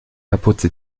kapuze